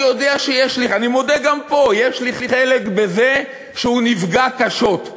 אני יודע ואני מודה גם פה: יש לי חלק בזה שהוא נפגע קשות.